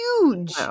huge